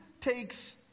takes